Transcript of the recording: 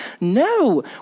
No